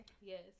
Yes